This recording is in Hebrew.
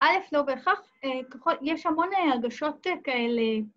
אלף לא בהכרח, יש המון הרגשות כאלה...